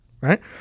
right